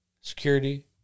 security